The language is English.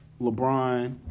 LeBron